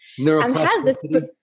Neuroplasticity